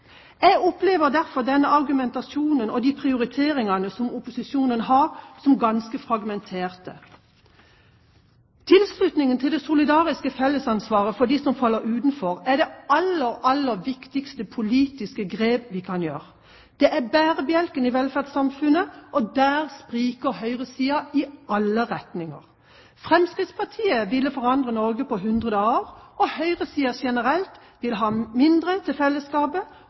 Jeg opplever derfor denne argumentasjonen og de prioriteringene som opposisjonen har, som ganske fragmenterte. Tilslutningen til det solidariske fellesansvaret for dem som faller utenfor, er det aller, aller viktigste politiske grep vi kan ta. Det er bærebjelken i velferdssamfunnet, og der spriker høyresiden i alle retninger. Fremskrittspartiet ville forandre Norge på 100 dager, og høyresiden generelt vil ha mindre til fellesskapet